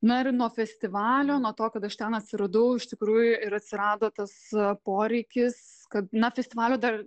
merino festivalio nuo to kad aš ten atsiradau iš tikrųjų ir atsirado tas poreikis kad na festivalio dar